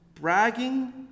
bragging